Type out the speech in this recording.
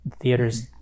theaters